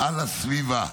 על הסביבה.